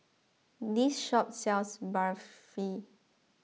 this shop sells Barfi